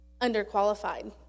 underqualified